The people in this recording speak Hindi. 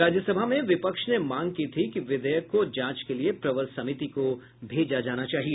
राज्य सभा में विपक्ष ने मांग की थी कि विधेयक को जांच के लिए प्रवर समिति को भेजा जाना चाहिए